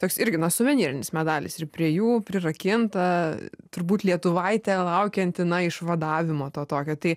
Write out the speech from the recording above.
toks irgi na suvenyrinis medalis ir prie jų prirakinta turbūt lietuvaitė laukianti na išvadavimo to tokio tai